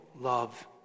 love